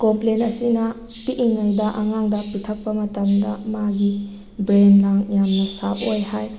complain ꯑꯁꯤꯅ ꯄꯤꯛꯏꯉꯩꯗ ꯑꯉꯥꯡꯗ ꯄꯤꯊꯛꯄ ꯃꯇꯝꯗ ꯃꯥꯒꯤ ꯕ꯭ꯔꯦꯟ ꯂꯥꯡ ꯌꯥꯝꯅ ꯁꯔꯚ ꯑꯣꯏ ꯍꯥꯏ